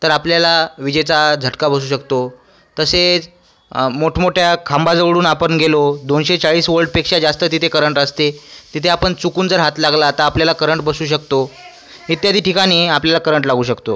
तर आपल्याला विजेचा झटका बसू शकतो तसेच मोठमोठ्या खांबाजवळून आपण गेलो दोनशे चाळीस वोल्टपेक्षा जास्त तिथे करंट असते तिथे आपण चुकून जर हात लागला तर आपल्याला करंट बसू शकतो इत्यादी ठिकाणी आपल्याला करंट लागू शकतो